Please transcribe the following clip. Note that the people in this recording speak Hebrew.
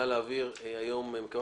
נא להעביר היום את